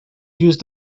used